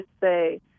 say